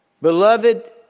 Beloved